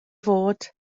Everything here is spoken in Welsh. fod